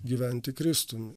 gyventi kristumi